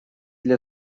для